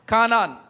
Kanan